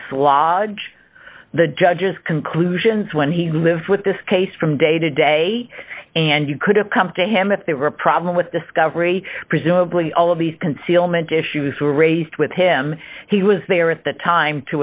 dislodge the judge's conclusions when he's lived with this case from day to day and you could have come to him if there were a problem with discovery presumably all of these concealment issues were raised with him he was there at the time